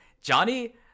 Johnny